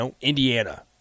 Indiana